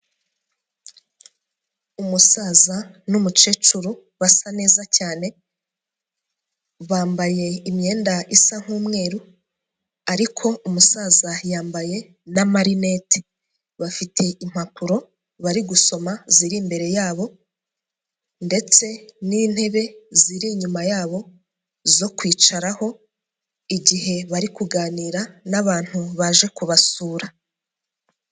Umusaza n'umukecuru basa neza cyane, bambaye imyenda isa nk'umweru ariko umusaza yambaye n'amarinete, bafite impapuro bari gusoma ziri imbere yabo ndetse n'intebe ziri inyuma yabo zo kwicaraho igihe bari kuganira n'abantu baje kubasura.